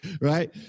Right